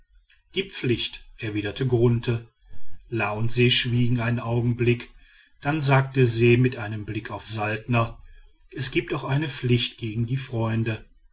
die pflicht erwiderte grunthe la und se schwiegen einen augenblick dann sagte se mit einem blick auf saltner es gibt auch eine pflicht gegen die freunde